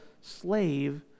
slave